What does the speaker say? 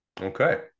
Okay